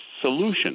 solution